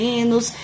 Menos